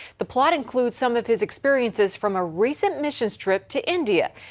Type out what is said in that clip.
the plot includes some of his experiences from a recent missions trip to india.